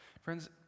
Friends